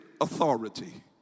authority